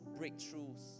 breakthroughs